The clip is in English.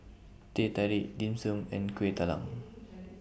Teh Tarik Dim Sum and Kueh Talam